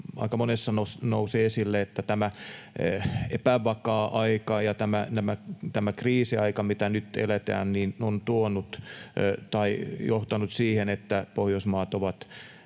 aika monessa nousi esille, että tämä epävakaa aika ja kriisiaika, mitä nyt eletään, on johtanut siihen, että Pohjoismaat ovat